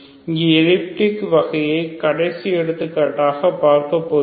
இங்கு எலிப்டிக் வகையை கடைசி எடுத்துக்காட்டாக பார்க்கப்போகிறோம்